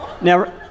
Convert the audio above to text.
Now